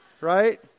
Right